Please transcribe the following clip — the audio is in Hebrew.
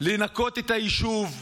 לנקות את היישוב.